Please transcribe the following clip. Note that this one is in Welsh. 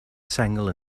sengl